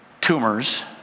tumors